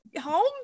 home